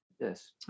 Yes